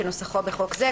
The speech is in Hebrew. כנוסחו בחוק זה".